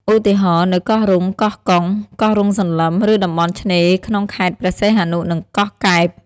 ឧទាហរណ៍ នៅកោះរ៉ុង កោះកុង កោះរុងសន្លឹម ឬតំបន់ឆ្នេរក្នុងខេត្តព្រះសីហនុ និងកោះកែប។